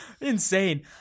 insane